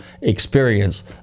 experience